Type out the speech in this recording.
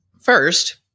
First